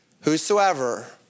whosoever